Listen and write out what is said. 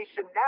now